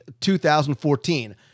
2014